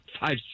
five